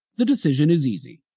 the decision is easy.